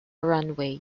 runway